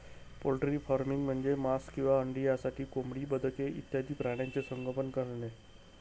poultry farming म्हणजे मांस किंवा अंडी यासाठी कोंबडी, बदके इत्यादी प्राण्यांचे संगोपन करणे